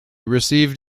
received